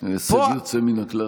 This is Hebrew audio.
זה הישג יוצא מן הכלל.